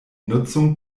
nutzung